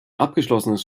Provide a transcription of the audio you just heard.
abgeschlossenes